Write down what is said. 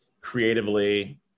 creatively